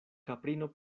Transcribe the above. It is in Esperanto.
kaprino